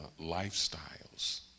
lifestyles